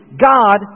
God